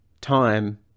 time